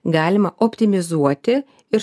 galima optimizuoti ir